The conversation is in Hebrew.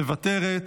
מוותרת,